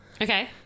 Okay